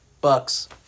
Bucks